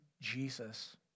Jesus